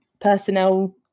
personnel